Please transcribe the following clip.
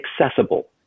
accessible